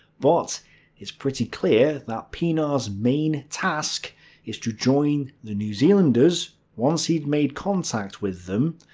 but it's pretty clear that pienaar's main task is to join the new zealanders once he'd made contact with them,